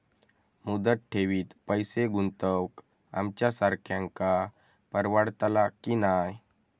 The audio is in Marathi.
मुदत ठेवीत पैसे गुंतवक आमच्यासारख्यांका परवडतला की नाय?